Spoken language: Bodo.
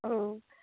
औ